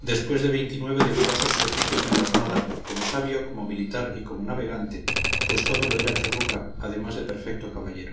después de veintinueve de honrosos servicios en la armada como sabio como militar y como navegante pues todo lo era churruca además de perfecto caballero